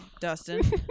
dustin